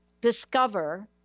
discover